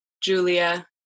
Julia